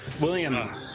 William